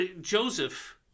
Joseph